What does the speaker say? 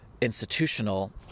institutional